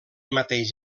mateix